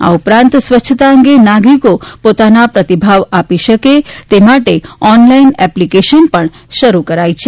આ ઉપરાંત સ્વચ્છતા અંગે નાગરીકો પોતાના પ્રતિભાવ આપી શકે તે માટે ઓન લાઈન એપ્લીકેશન પણ શરૂ કરાઈ છે